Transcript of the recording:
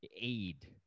aid